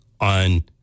on